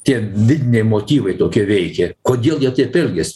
tie vidiniai motyvai tokie veikė kodėl jie taip elgiasi